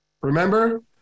Remember